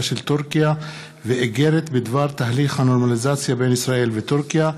של טורקיה ואיגרת בדבר תהליך הנורמליזציה בין ישראל וטורקיה.